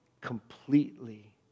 completely